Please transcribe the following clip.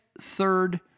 third